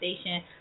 station